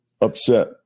upset